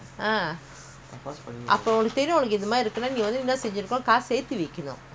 daddy காடிக்கேநான்:gaadikke naan coupon எடுக்காமஇருக்கேன்:edukkama irukken eighteen thousand